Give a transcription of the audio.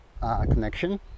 connection